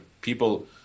people